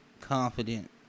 confident